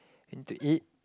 I need to eat